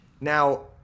now